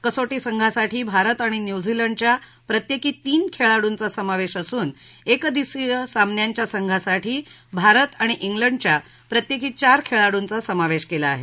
कसो संघासाठी भारत आणि न्यूझीलंडच्या प्रत्येकी तीन खेळाडूचा समोवश असून एकदिवसीय सामन्यांच्या संघासाठी भारत आणि लिडच्या प्रत्येकी चार खेळाडूचा समोवश केला आहे